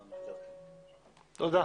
תודה.